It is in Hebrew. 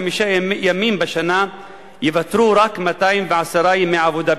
ימים בשנה ייוותרו רק 210 ימי עבודה.